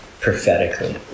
prophetically